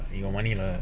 he got money lah